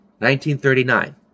1939